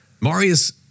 Marius